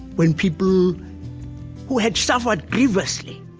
when people who had suffered grievously,